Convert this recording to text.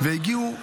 והגיעו,